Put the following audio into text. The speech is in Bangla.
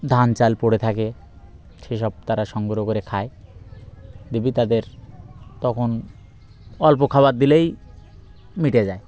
ধান চাল পড়ে থাকে সেসব তারা সংগ্রহ করে খায় দেবী তাদের তখন অল্প খাবার দিলেই মিটে যায়